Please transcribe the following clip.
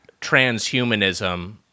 transhumanism